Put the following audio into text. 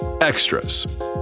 extras